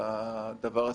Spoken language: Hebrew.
לדבר הספציפי,